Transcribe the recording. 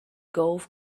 golf